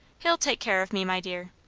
he'll take care of me, my dear.